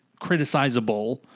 criticizable